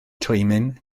twymyn